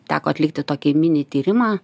teko atlikti tokį mini tyrimą